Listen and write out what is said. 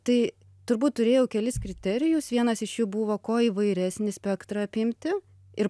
tai turbūt turėjau kelis kriterijus vienas iš jų buvo kuo įvairesnį spektrą apimti ir